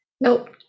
Nope